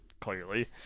clearly